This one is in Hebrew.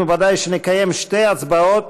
אנחנו נקיים שתי הצבעות.